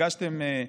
הגשתם,